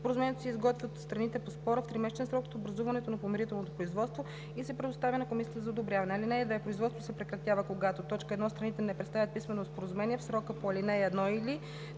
Споразумението се изготвя от страните по спора в тримесечен срок от образуването на помирителното производство и се предоставя на комисията за одобряване. (2) Производството се прекратява, когато: 1. страните не представят писмено споразумение в срока по ал. 1, или 2.